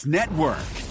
Network